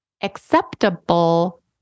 acceptable